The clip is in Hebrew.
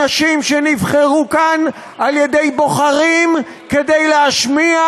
אנשים שנבחרו לכאן על-ידי בוחרים כדי להשמיע,